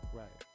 right